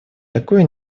такое